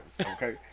Okay